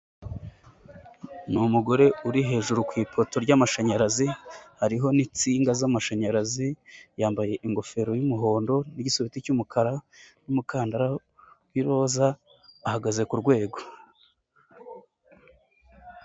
Ni umugore uri hejuru ku ipoto ry'amashanyarazi hariho n'insinga zamashanyarazi, yambaye ingofero y'umuhondo n'igisurubeti cy'umukara n'umukandara wa iroza ahagaze ku urwego.